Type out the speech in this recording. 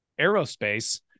aerospace